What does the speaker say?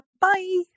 Bye